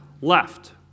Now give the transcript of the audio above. left